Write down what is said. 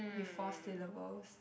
with four syllabus